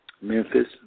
Memphis